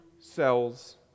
cells